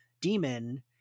demon